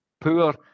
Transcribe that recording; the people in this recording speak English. poor